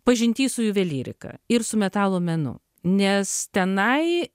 pažinty su juvelyrika ir su metalo menu nes tenai